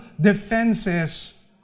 defenses